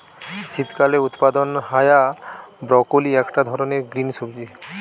শীতকালে উৎপাদন হায়া ব্রকোলি একটা ধরণের গ্রিন সবজি